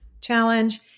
challenge